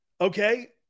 Okay